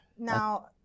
Now